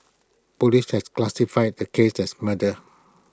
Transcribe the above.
Police has classified the case as murder